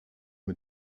mit